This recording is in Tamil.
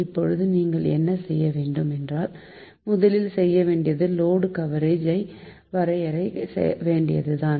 இப்போது நீங்கள் என்ன செய்யவேண்டும் என்றால் முதலில் செய்யவேண்டியது லோடு கர்வ் ஐ வரைய வேண்டியதுதான்